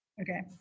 Okay